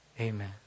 amen